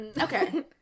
okay